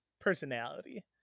personality